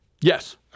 yes